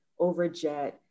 overjet